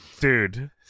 dude